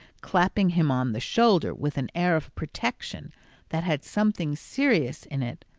clapping him on the shoulder with an air of protection that had something serious in it,